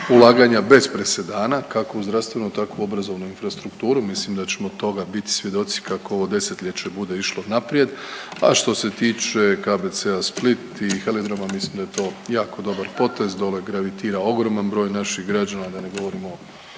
ulaganja bez presedana kako u zdravstvenom tako u obrazovnu infrastrukturu. Mislim da ćemo toga bit svjedoci kako ovo desetljeće bude išlo naprijed. A što se tiče KBC-a Split i helidroma ja mislim da je to jako dobar potez dole gravitira ogroman broj naših građana, da ne govorimo o